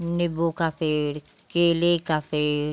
नीम्बू का पेड़ केले का पेड़